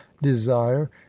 desire